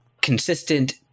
consistent